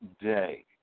day